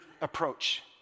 approach